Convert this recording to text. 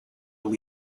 will